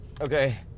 Okay